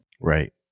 Right